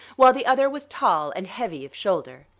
while the other was tall and heavy of shoulder.